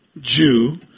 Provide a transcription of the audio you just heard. Jew